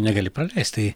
negali praleist tai